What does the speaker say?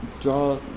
draw